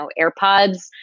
AirPods